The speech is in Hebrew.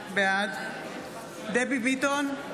בעד דבי ביטון,